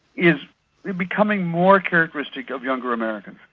is becoming more characteristic of younger americans.